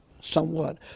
somewhat